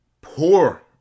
poor